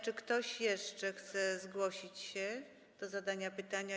Czy ktoś jeszcze chce zgłosić się do zadania pytania?